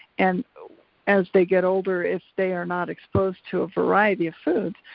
and as they get older if they are not exposed to a variety of foods,